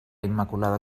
immaculada